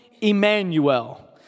Emmanuel